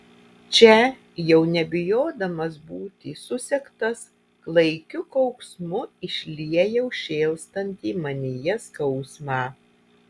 čia jau nebijodamas būti susektas klaikiu kauksmu išliejau šėlstantį manyje skausmą